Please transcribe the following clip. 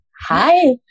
Hi